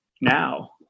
now